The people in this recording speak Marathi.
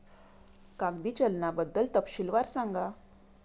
कागदी चलनाबद्दल तपशीलवार सांगा